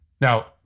Now